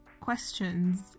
questions